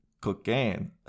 cocaine